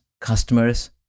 customers